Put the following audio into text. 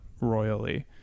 royally